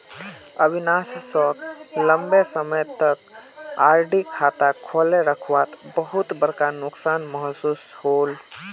अविनाश सोक लंबे समय तक आर.डी खाता खोले रखवात बहुत बड़का नुकसान महसूस होल